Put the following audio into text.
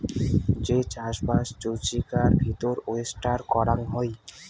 যে চাষবাস জুচিকার ভিতর ওয়েস্টার করাং হই